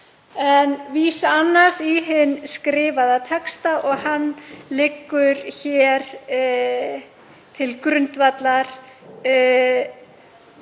en vísa annars í hinn skrifaða texta. Hann liggur hér til grundvallar